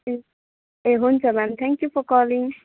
ए हुन्छ ma'am thank you for calling